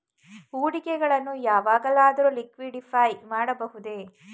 ಹೂಡಿಕೆಗಳನ್ನು ಯಾವಾಗಲಾದರೂ ಲಿಕ್ವಿಡಿಫೈ ಮಾಡಬಹುದೇ?